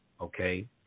Okay